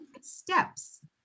Steps